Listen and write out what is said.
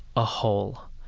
a hole,